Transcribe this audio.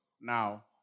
Now